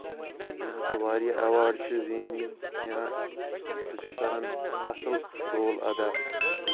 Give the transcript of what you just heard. ییٚمہِ ہسا واریاہ ایواڈ چھِ زیٖنۍ مٕتۍ یا سُہ چھُ کَران اَصٕل رول اَدا